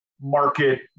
market